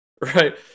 right